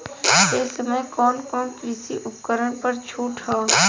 ए समय कवन कवन कृषि उपकरण पर छूट ह?